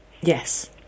Yes